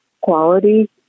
quality